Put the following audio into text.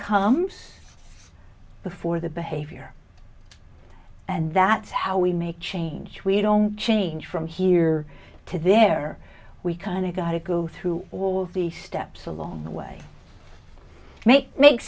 comes before the behavior and that's how we make change we don't change from here to there we kind of gotta go through all the steps along the way make